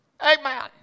Amen